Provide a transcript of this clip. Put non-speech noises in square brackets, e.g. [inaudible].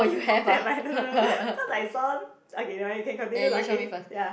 [laughs] never mind no no no cause I saw okay never mind you can continue talking ya